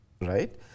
right